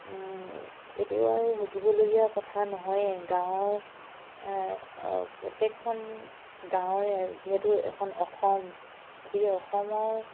এইটো আৰু সুধিবলগীয়া কথা নহয়েই গাঁৱৰ প্ৰত্যেকখন গাঁৱৰে যিহেতু এখন অসম গতিকে অসমৰ